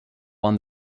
won